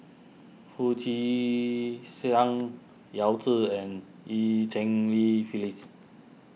Foo Chee Siang Yao Zi and Eu Cheng Li Phyllis